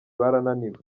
barananiwe